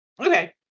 Okay